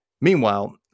meanwhile